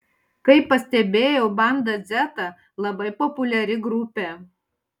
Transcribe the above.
kaip pastebėjau banda dzeta labai populiari grupė